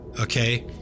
okay